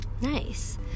Nice